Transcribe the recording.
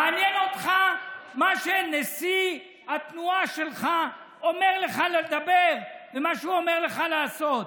מעניין אותך מה שנשיא התנועה שלך אומר לך לדבר ומה שהוא אומר לך לעשות.